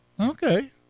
okay